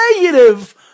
negative